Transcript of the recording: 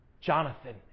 Jonathan